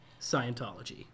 Scientology